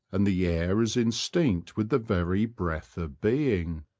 and the air is in stinct with the very breath of being.